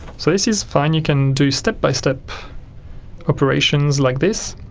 so this is fine you can do step by step operations like this,